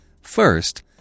First